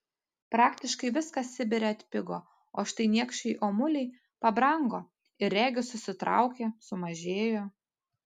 praktiškai viskas sibire atpigo o štai niekšai omuliai pabrango ir regis susitraukė sumažėjo